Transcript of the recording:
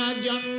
Young